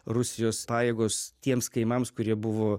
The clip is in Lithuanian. rusijos pajėgos tiems kaimams kurie buvo